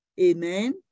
Amen